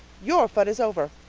your fun is over.